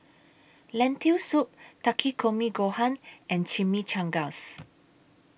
Lentil Soup Takikomi Gohan and Chimichangas